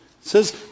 says